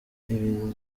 ibendera